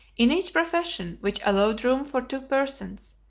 in each profession, which allowed room for two persons,